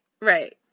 Right